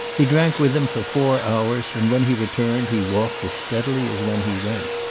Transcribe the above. he drank with him for four hours, and when he returned he walked as steadily as when he went.